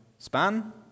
Span